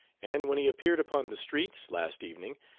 and when he appeared upon the streets, last evening,